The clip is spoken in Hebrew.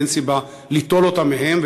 ואין סיבה ליטול אותה מהם,